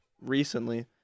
recently